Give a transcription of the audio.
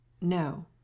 No